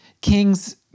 Kings